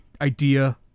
idea